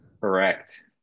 Correct